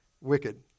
wicked